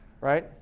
right